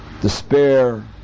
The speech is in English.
despair